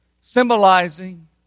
symbolizing